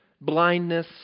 blindness